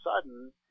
sudden